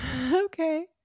Okay